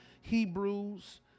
Hebrews